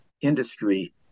industry